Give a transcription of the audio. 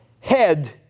head